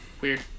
Weird